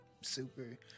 super